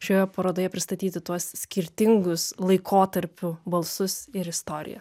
šioje parodoje pristatyti tuos skirtingus laikotarpių balsus ir istorijas